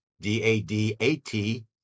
D-A-D-A-T